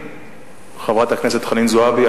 חברת הכנסת חנין זועבי,